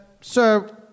Sir